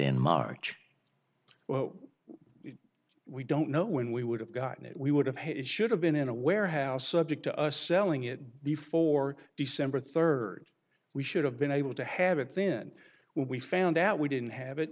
in march well we don't know when we would have gotten it we would have had it should have been in a warehouse subject to us selling it before december third we should have been able to have it then we found out we didn't have it